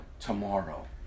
Tomorrow